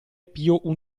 pio